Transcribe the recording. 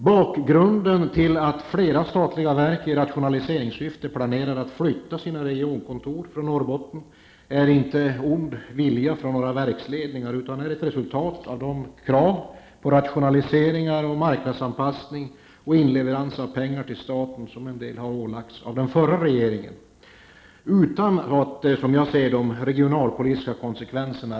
Bakgrunden till att flera statliga verk i rationaliseringssyfte planerar att flytta regionkontoren från Norrbotten, beror inte på ond vilja från verksledningarnas sida utan är ett resultat av de krav på rationaliseringar och marknadsanpassning och inleverans av pengar till staten som har ålagts dem av den tidigare regeringen. Men jag anser att det gjordes utan att man då insåg de samhällsekonomiska konsekvenserna.